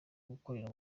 gukorera